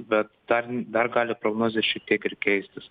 bet dar dar gali prognozės šiekt iek ir keistis